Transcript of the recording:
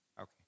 Okay